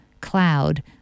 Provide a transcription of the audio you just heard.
cloud